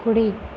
కుడి